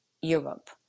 Europe